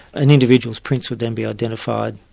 an individual's prints would then be identified,